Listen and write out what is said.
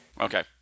Okay